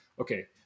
okay